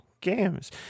Games